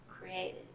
created